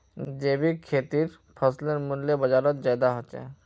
जैविक खेतीर फसलेर मूल्य बजारोत ज्यादा होचे